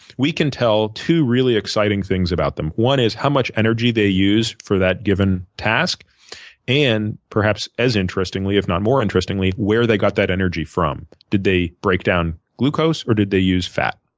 we can tell two really exciting things about them. one is how much energy they use for that given task and, perhaps as interestingly if not more interestingly, where they got that energy from. did they break down glucose, or did they use fat?